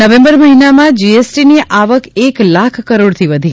November મહિનામાં જીએસટીની આવક એક લાખ કરોડથી વધી